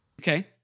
okay